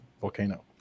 volcano